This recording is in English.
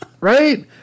Right